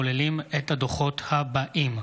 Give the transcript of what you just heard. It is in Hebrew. הכוללים את הדוחות הבאים: